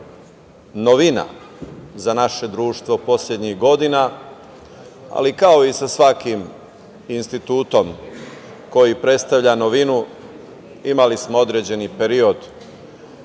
novina za naše društvo poslednjih godina, ali kao i sa svakim institutom koji predstavlja novinu imali smo određeni period